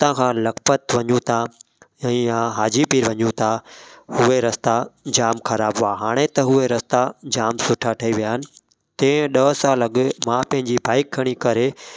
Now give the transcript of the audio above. हितां खां लखपत वञूं था ऐं या हाजीपीर वञूं था उहे रस्ता जाम ख़राब हुआ हाणे त हूअ रस्ता जाम सुठा ठही विया आहिनि कंहिं ॾह साल अॻ मां पंहिंजी बाइक खणी करे